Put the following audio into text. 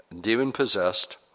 demon-possessed